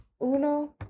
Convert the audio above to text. Uno